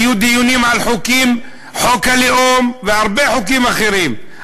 היו דיונים על חוק הלאום והרבה חוקים אחרים,